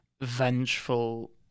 vengeful